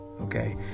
Okay